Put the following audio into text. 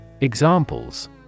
Examples